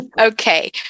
Okay